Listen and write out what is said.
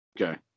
Okay